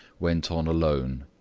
went on alone.